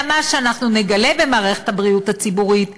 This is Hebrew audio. אך מה שאנחנו נגלה במערכת הבריאות הציבורית,